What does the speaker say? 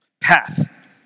path